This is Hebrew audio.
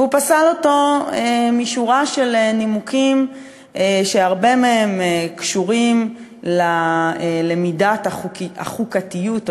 והוא פסל אותו משורה של נימוקים שהרבה מהם קשורים למידת החוקתיות שלו,